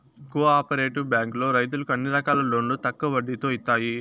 co operative బ్యాంకులో రైతులకు అన్ని రకాల లోన్లు తక్కువ వడ్డీతో ఇత్తాయి